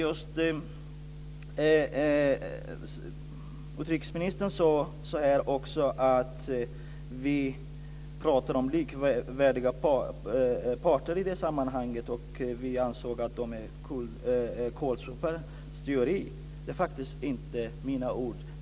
Utrikesministern sade också att vi talar om likvärdiga parter i det här sammanhanget och att vi använder en kolsuparteori. Det är faktiskt inte mina ord.